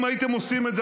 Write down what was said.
אם הייתם עושים את זה,